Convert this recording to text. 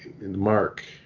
Mark